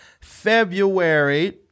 February